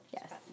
Yes